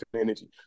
energy